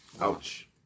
Ouch